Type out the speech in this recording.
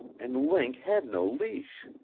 and link had no leash.